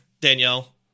danielle